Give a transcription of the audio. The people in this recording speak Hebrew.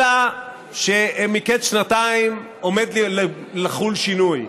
אלא שמקץ שנתיים עומד לחול שינוי.